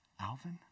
Alvin